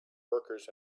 workers